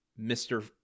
mr